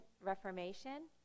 Reformation